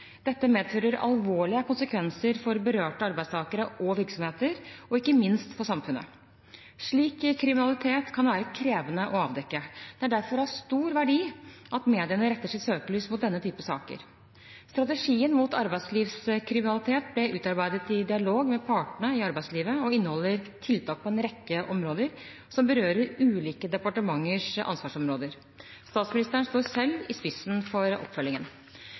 Dette medfører alvorlige konsekvenser for berørte arbeidstakere og virksomheter – og ikke minst for samfunnet. Slik kriminalitet kan være krevende å avdekke. Det er derfor av stor verdi at mediene retter sitt søkelys mot denne type saker. Strategien mot arbeidslivskriminalitet ble utarbeidet i dialog med partene i arbeidslivet og inneholder tiltak på en rekke områder, som berører ulike departementers ansvarsområder. Statsministeren står selv i spissen for oppfølgingen.